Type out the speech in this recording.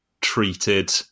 treated